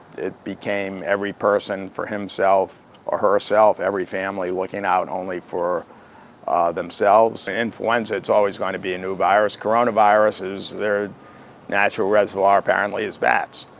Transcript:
it became every person for himself or herself, every family looking out only for themselves. influenza, it's always going to be a new virus. coronaviruses, their natural reservoir, apparently, is bats.